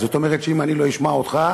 זאת אומרת שאם אני לא אשמע אותך,